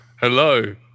Hello